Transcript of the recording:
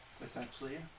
Essentially